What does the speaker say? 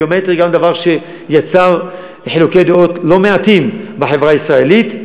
גם כן דבר שיצר חילוקי דעות לא מעטים בחברה הישראלית.